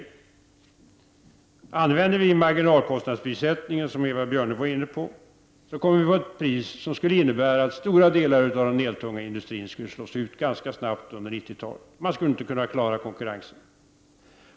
Om vi använder marginalkostnadsprissättningen, som Eva Björne var inne på, kommer vi att få ett pris som kommer att innebära att stora delar av den elintensiva industrin slås ut ganska snabbt under 90-talet. Den skulle inte klara konkurrensen.